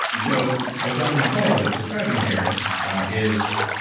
so what dr. mercola is describing here is,